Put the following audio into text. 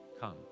Come